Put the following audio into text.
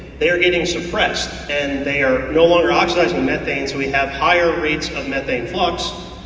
they are getting suppressed and they are no longer oxidizing methane, so we have higher rates of methane flux,